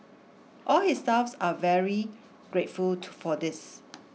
all his staffs are very grateful for this